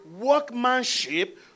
workmanship